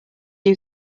are